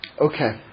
Okay